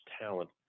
talent